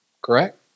Correct